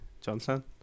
Johnson